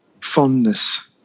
fondness